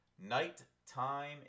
Night-Time